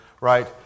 right